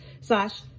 slash